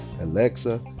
Alexa